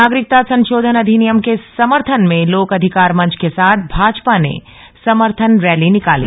नागरिकता संशोधन अधिनियम के समर्थन में लोक अधिकार मंच के साथ भाजपा ने समर्थन रैली निकाली